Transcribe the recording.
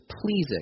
pleasing